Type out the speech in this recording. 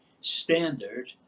standard